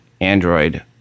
Android